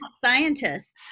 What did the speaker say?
scientists